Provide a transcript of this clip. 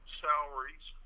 salaries